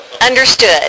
understood